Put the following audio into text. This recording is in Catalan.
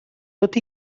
tot